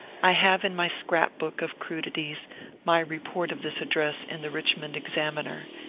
i have in my scrap-book of crudities my report of this address in the richmond ebcaminer,